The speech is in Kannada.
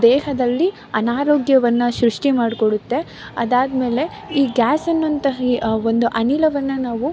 ದೇಹದಲ್ಲಿ ಅನಾರೋಗ್ಯವನ್ನು ಸೃಷ್ಟಿ ಮಾಡಿಕೊಡುತ್ತೆ ಅದಾದ ಮೇಲೆ ಈ ಗ್ಯಾಸ್ ಅನ್ನುವಂತಹ ಈ ಒಂದು ಅನಿಲವನ್ನು ನಾವು